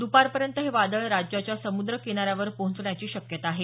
द्पारपर्यंत हे वादळ राज्याच्या समुद्र किनाऱ्यावर पोहोचण्याची शक्यता आहे